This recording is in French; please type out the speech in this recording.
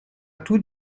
tout